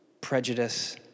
prejudice